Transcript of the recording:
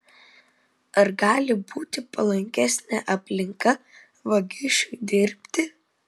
ar gali būti palankesnė aplinka vagišiui dirbti